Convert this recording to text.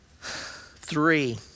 Three